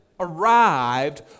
arrived